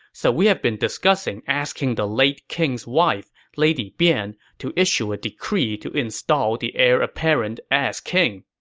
so we've been discussing asking the late king's wife, lady bian, to issue a decree to install the heir apparent as king.